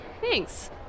Thanks